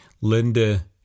Linda